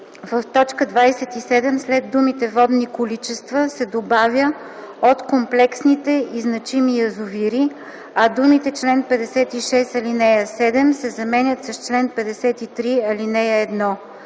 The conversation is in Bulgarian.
В т. 27 след думите „водни количества” се добавя „от комплексните и значими язовири”, а думите „чл. 56, ал. 7” се заменят с „чл. 53, ал. 1”.